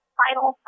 final